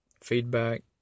feedback